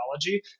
technology